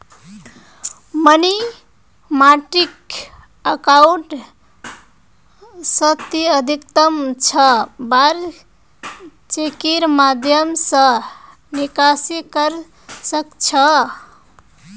money market account स ती अधिकतम छह बार चेकेर माध्यम स निकासी कर सख छ